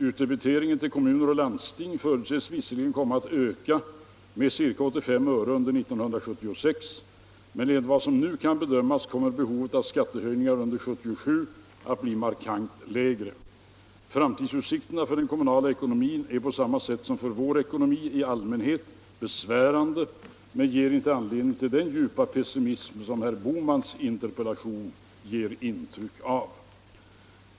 Utdebiteringen till kommuner och landsting förutses visserligen komma att öka med ca 85 öre under 1976, men enligt vad som nu kan bedömas kommer behovet av skattehöjningar under 1977 att bli markant lägre. Framtidsutsikterna för den kommunala ekonomin är på samma sätt som för vår ekonomi i allmänhet besvärande men ger inte anledning till den djupa pessimism som herr Bohmans interpellation ger intryck av.